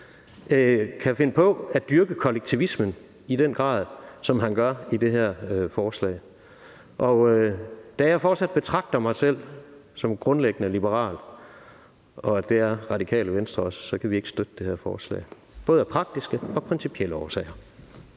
kan finde på at dyrke kollektivismen i den grad, som han gør i det her forslag. Da jeg fortsat betragter mig selv som grundlæggende liberal, og det er Radikale Venstre også, kan vi ikke støtte det her forslag, både af praktiske og principielle årsager.